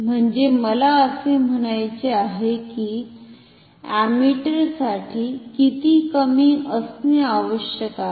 म्हणजे मला असे म्हणायचे आहे कि अमीटरसाठी किती कमी असणे आवश्यक आहे